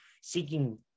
seeking